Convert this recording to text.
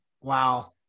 Wow